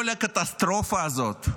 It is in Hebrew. כל הקטסטרופה הזאת,